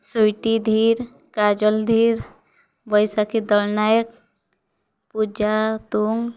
ସ୍ଵିଇଟି ଧିର କାଜଲ ଧିର ବୈଶାଖୀ ଦଳ ନାୟକ ପୂଜା ତୁମ୍